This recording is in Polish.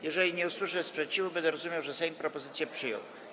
Jeżeli nie usłyszę sprzeciwu, będę rozumiał, że Sejm propozycję przyjął.